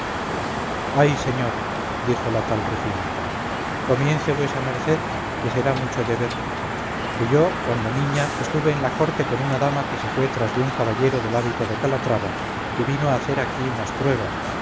ay señor dijo la tal rufina comience vuesa merced que será mucho de ver que yo cuando niña estuve en la corte con una dama que se fué tras de un caballero del hábito de calatrava que vino a hacer aquí unas pruebas